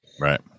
right